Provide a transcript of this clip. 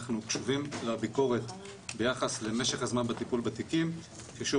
אנחנו קשובים לביקורת ביחס למשך הזמן בטיפול בתיקים כששוב